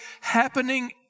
happening